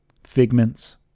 figments